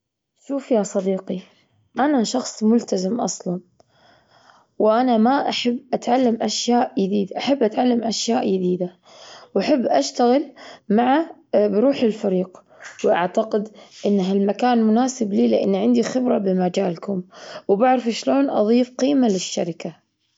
شوف يا صديقي، أنا شخص ملتزم أصلًا وأنا ما أحب أتعلم أشياء يديدة- أحب أتعلم أشياء يديدة، وأحب أشتغل مع بروح الفريق، وأعتقد أن هالمكان مناسب لي لأن عندي خبرة بمجالكم وبعرف، شلون أظيف قيمة للشركة.